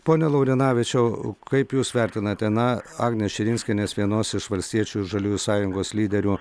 pone laurinavičiau kaip jūs vertinate na agnės širinskienės vienos iš valstiečių ir žaliųjų sąjungos lyderių